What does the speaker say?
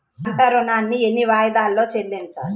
పంట ఋణాన్ని ఎన్ని వాయిదాలలో చెల్లించాలి?